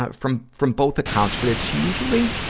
ah from, from both accounts. but it's usually,